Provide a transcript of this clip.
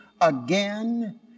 again